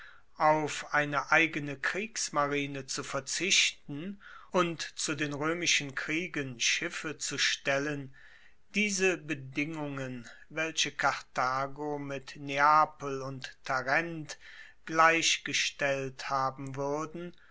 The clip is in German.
auf eine eigene kriegsmarine zu verzichten und zu den roemischen kriegen schiffe zu stellen diese bedingungen welche karthago mit neapel und tarent gleichgestellt haben wuerden